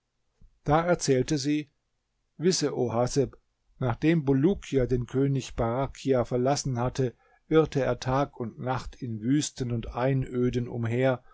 da erzählte sie wisse o haseb nachdem bulukia den könig barachja verlassen hatte irrte er tag und nacht in wüsten und einöden umher